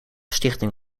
stichting